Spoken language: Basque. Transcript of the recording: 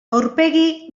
aurpegi